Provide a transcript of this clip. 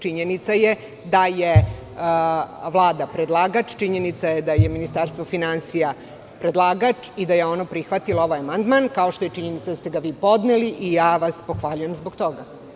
Činjenica je da je Vlada predlagač, činjenica je da je Ministarstvo finansija predlagač i da je ono prihvatilo ovaj amandman, kao što je činjenica da ste ga vi podneli i ja vas pohvaljujem zbog toga.